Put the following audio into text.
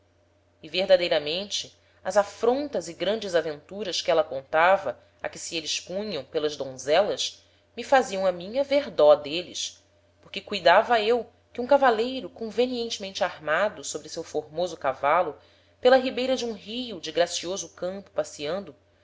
e verdadeiramente as afrontas e grandes aventuras que éla contava a que se êles punham pelas donzelas me faziam a mim haver dó d'êles porque cuidava eu que um cavaleiro convenientemente armado sobre seu formoso cavalo pela ribeira de um rio de gracioso campo passeando